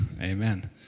Amen